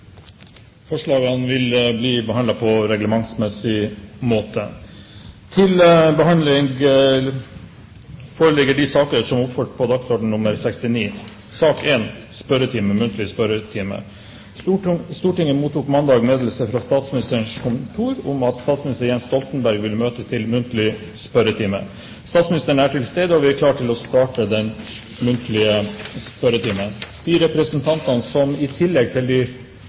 Forslagene vil bli behandlet på reglementsmessig måte. Stortinget mottok mandag meddelelse fra Statsministerens kontor om at statsminister Jens Stoltenberg vil møte til muntlig spørretime. Statsministeren er til stede, og vi er klare til å starte den muntlige spørretimen. De representanter som i tillegg til